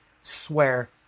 swear